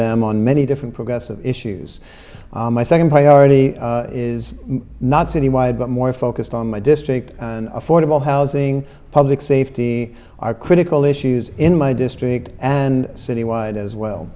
them on many different progressive issues my second priority is not citywide but more focused on my district affordable housing public safety are critical issues in my district and citywide as well